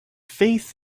faith